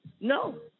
no